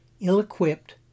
ill-equipped